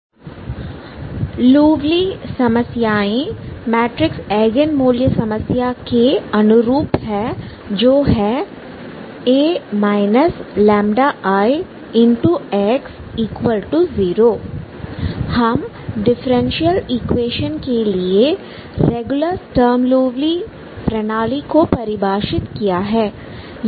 periodic और singular Sturm Liouville समस्याएं matrix eigen मूल्य समस्या के अनुरूप है जो है A λIX0 हम डिफरेंशियल इक्वेशन के लिए रेगुलर स्टर्म लिउविल प्रणाली को परिभाषित किया है